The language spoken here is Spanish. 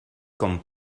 con